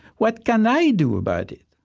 what can i do about it?